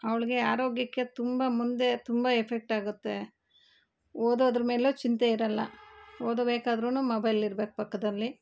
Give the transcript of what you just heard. ಅವಳಿಗೆ ಆರೋಗ್ಯಕ್ಕೆ ತುಂಬ ಮುಂದೆ ತುಂಬ ಎಫೆಕ್ಟ್ ಆಗುತ್ತೆ ಓದೋದ್ರಮೇಲು ಚಿಂತೆ ಇರಲ್ಲ ಓದಬೇಕಾದ್ರು ಮೊಬೈಲ್ ಇರಬೇಕು ಪಕ್ಕದಲ್ಲಿ